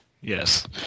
Yes